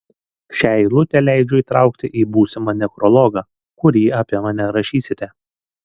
šią eilutę leidžiu įtraukti į būsimą nekrologą kurį apie mane rašysite